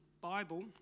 Bible